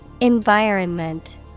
Environment